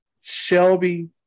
Shelby